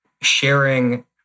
sharing